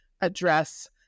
address